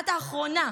את האחרונה,